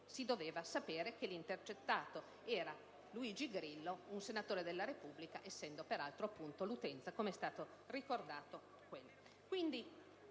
Grazie,